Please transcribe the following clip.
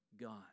God